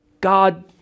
God